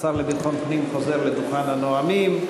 השר לביטחון פנים חוזר לדוכן הנואמים.